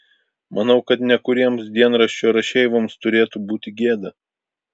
manau kad nekuriems dienraščio rašeivoms turėtų būti gėda